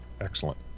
Excellent